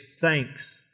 thanks